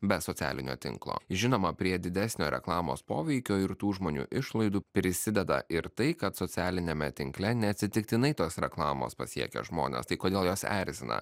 be socialinio tinklo žinoma prie didesnio reklamos poveikio ir tų žmonių išlaidų prisideda ir tai kad socialiniame tinkle neatsitiktinai tos reklamos pasiekia žmones tai kodėl juos erzina